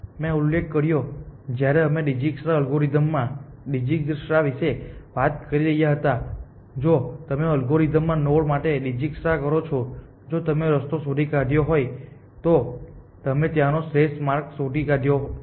મેં ઉલ્લેખ કર્યો જ્યારે અમે ડિજિક્સ્ટ્રા એલ્ગોરિધમ માં ડિજિક્સ્ટ્રા વિશે વાત કરી રહ્યા હતા કે જો તમે અલ્ગોરિધમમાં નોડ માટે ડિજિક્સ્ટ્રા કરો છો જો તમે રસ્તો શોધી કાઢ્યો હોય તો તમે ત્યાં નો શ્રેષ્ઠ માર્ગ શોધી કાઢ્યો છે